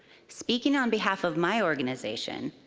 speaking on behalf of my organization,